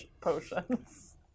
potions